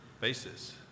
basis